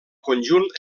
conjunt